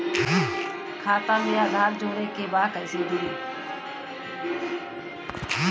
खाता में आधार जोड़े के बा कैसे जुड़ी?